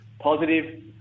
positive